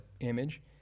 image